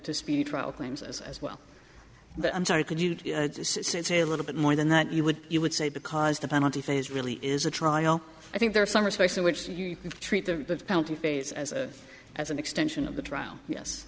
to speedy trial claims as well i'm sorry could you say it's a little bit more than that you would you would say because the penalty phase really is a trial i think there are some respects in which you treat the penalty phase as a as an extension of the trial